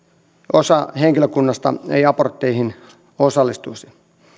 osa henkilökunnasta ei abortteihin osallistuisi